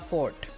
Fort